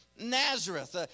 Nazareth